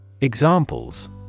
Examples